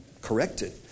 corrected